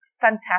fantastic